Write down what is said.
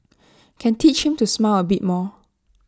can teach him to smile A bit more